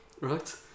Right